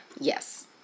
Yes